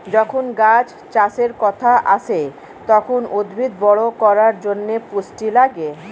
যখন গাছ চাষের কথা আসে, তখন উদ্ভিদ বড় করার জন্যে পুষ্টি লাগে